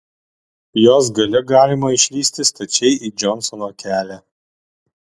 jos gale galima išlįsti stačiai į džonsono kelią